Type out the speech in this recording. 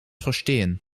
verstehen